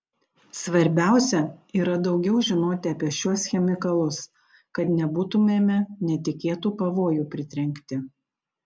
svarbiausia yra daugiau žinoti apie šiuos chemikalus kad nebūtumėme netikėtų pavojų pritrenkti